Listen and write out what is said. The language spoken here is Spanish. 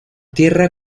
tierra